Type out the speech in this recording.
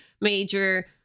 major